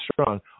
strong